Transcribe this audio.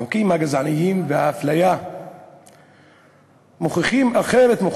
החוקים הגזעניים והאפליה מוכיחים אחרת,